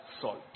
salt